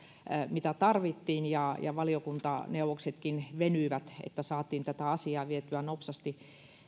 mitä tarvittiin ja ja valiokuntaneuvoksetkin venyivät että saatiin tätä asiaa vietyä nopsasti